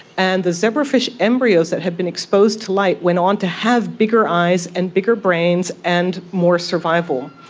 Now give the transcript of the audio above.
and the zebrafish embryos that had been exposed to light went on to have bigger eyes and bigger brains and more survival.